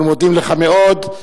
אנחנו מודים לך מאוד.